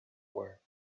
were